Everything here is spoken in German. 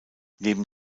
neben